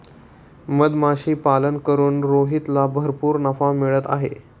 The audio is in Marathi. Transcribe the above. मधमाशीपालन करून रोहितला भरपूर नफा मिळत आहे